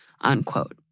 unquote